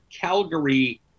calgary